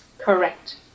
Correct